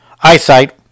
eyesight